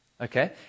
Okay